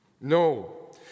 No